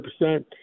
100%